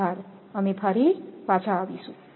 આભાર અમે ફરીથી આવીશું